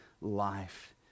life